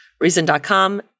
Reason.com